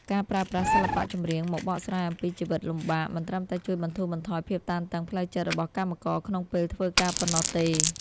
ការប្រើប្រាស់សិល្បៈចម្រៀងមកបកស្រាយអំពីជីវិតលំបាក មិនត្រឹមតែជួយបន្ធូរបន្ថយភាពតានតឹងផ្លូវចិត្តរបស់កម្មករក្នុងពេលធ្វើការប៉ុណ្ណោះទេ។